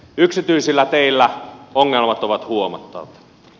yksityisillä teillä ongelmat ovat huomattavat